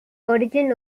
origin